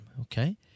Okay